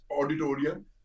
auditorium